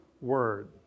word